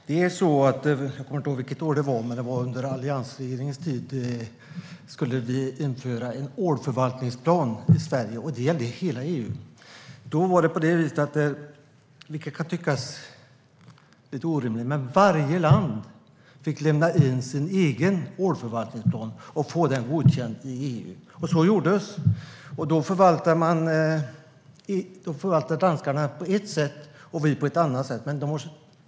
Herr talman! Jag kommer inte ihåg vilket år det var, men under alliansregeringens tid skulle vi införa en ålförvaltningsplan i Sverige. Det gällde hela EU. Då var det på det viset, vilket kan tyckas lite orimligt, att varje land fick lämna in sin egen ålförvaltningsplan och få den godkänd i EU. Så gjordes, och danskarna förvaltar på ett sätt och vi på ett annat sätt.